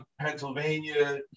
Pennsylvania